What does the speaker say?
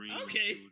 okay